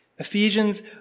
Ephesians